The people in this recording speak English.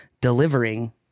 delivering